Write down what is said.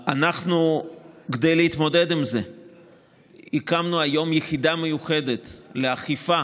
כדי להתמודד עם זה הקמנו היום יחידה מיוחדת לאכיפה